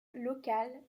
locale